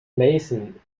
mason